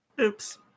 Oops